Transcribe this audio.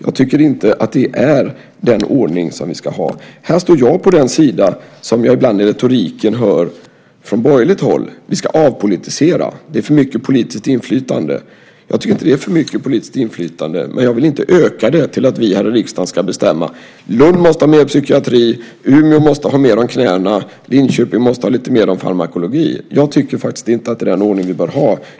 Jag tycker inte att det är den ordning som vi ska ha. Här står jag på den sida som jag ibland i retoriken hör från borgerligt håll. Vi ska avpolitisera. Det är för mycket politiskt inflytande. Jag tycker inte att det är för mycket politiskt inflytande, men jag vill inte öka det till att vi här i riksdagen ska bestämma att Lund måste har mer psykiatri, Umeå måste ha mer om knäna och Linköping måste ha lite mer farmakologi. Jag tycker faktiskt inte att det är den ordning vi bör ha.